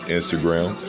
Instagram